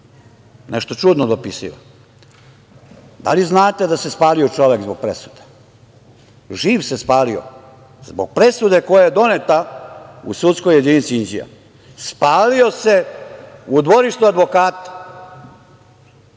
Nešto čudno dopisiva. Da li znate da se spalio čovek zbog presude? Živ se spalio zbog presude koja je doneta u sudskoj jedinica Inđija. Spalio se u dvorištu advokata